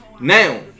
now